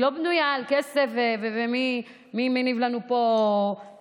היא לא בנויה לא על כסף ועל מי מניב לנו פה פירות,